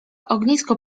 ognisko